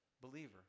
believer